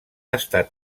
estat